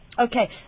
Okay